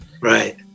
right